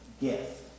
gift